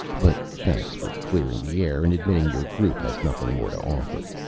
but thanks for clearing the air, and admitting your group has nothing more to offer.